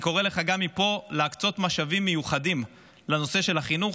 אני קורא לך גם מפה להקצות משאבים מיוחדים לנושא של החינוך.